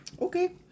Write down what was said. Okay